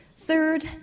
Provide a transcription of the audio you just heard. Third